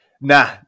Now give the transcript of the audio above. Nah